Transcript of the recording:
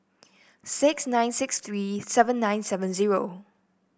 six nine six three seven nine seven zero